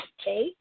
okay